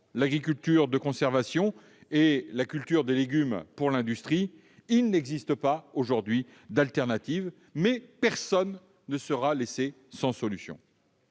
l'agriculture de conservation et la culture des légumes pour l'industrie -, il n'existe pas d'alternative aujourd'hui. Mais personne ne sera laissé sans solution.